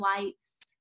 lights